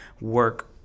work